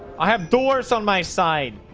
i have doors on my side.